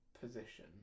position